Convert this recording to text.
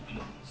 well